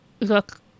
Look